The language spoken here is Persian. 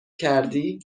کردی